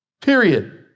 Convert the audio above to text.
period